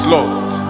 Lord